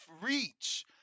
reach